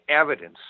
evidence